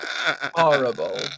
horrible